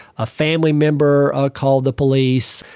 a family member called the police,